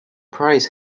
prize